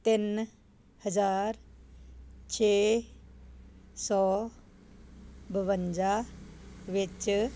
ਤਿੰਨ ਹਜ਼ਾਰ ਛੇ ਸੌ ਬਵੰਜਾ ਵਿੱਚ